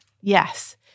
yes